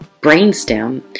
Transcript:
brainstem